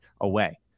away